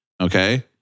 Okay